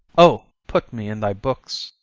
o! put me in thy books.